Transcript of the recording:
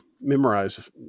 memorize